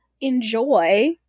enjoy